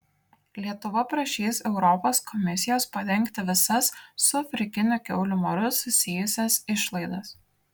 lietuva prašys europos komisijos padengti visas su afrikiniu kiaulių maru susijusias išlaidas